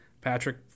Patrick